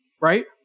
Right